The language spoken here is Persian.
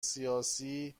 سیاسی